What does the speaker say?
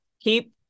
keep